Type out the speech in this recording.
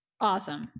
awesome